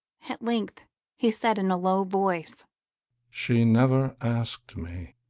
at length he said in a low voice she never asked me.